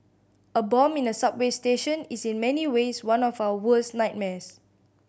a bomb in a subway station is in many ways one of our worst nightmares